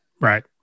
Right